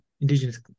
Indigenous